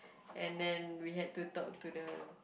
and then we had to talk to the